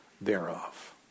thereof